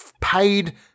paid